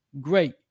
great